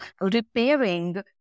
repairing